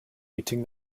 eating